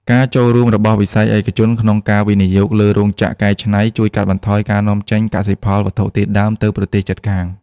ការចូលរួមរបស់វិស័យឯកជនក្នុងការវិនិយោគលើរោងចក្រកែច្នៃ ជួយកាត់បន្ថយការនាំចេញកសិផលវត្ថុធាតុដើមទៅប្រទេសជិតខាង។